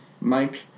Mike